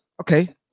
Okay